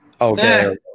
Okay